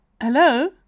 Hello